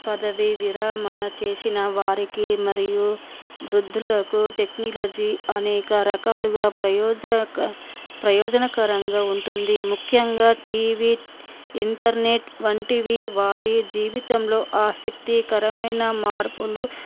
పదవి విరమణ చేసిన వారికి మరియు వృద్ధులకు టెక్నాలజీ అనేక రకాలుగా ప్రయోజక ప్రయోజనకరంగా ఉంటుంది ముఖ్యంగా టీవీ ఇంటర్నెట్ వంటివి వారి జీవితంలో ఆసక్తి కరమైన మార్పులు